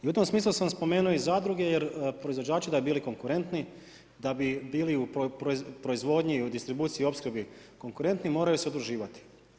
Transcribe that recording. I u tom smislu sam spomenuo i zadruge jer proizvođači da bi bili konkurentni, da bi bili u proizvodnji, u distribuciji i u opskrbi konkurentni moraju se udruživati.